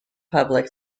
public